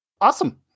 Awesome